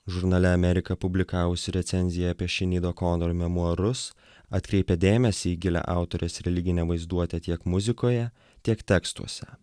žurnale amerika publikavusi recenziją apie šinid okonor memuarus atkreipė dėmesį į gilią autorės religinę vaizduotę tiek muzikoje tiek tekstuose